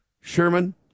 Sherman